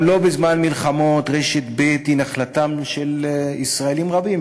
גם לא בזמן מלחמות רשת ב' היא נחלתם של ישראלים רבים,